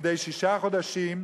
מדי שישה חודשים,